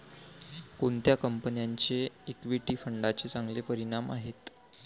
कोणत्या कंपन्यांचे इक्विटी फंडांचे चांगले परिणाम आहेत?